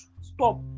stop